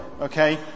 Okay